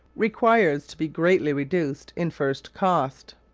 requires to be greatly reduced in first cost.